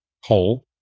hole